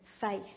faith